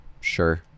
Sure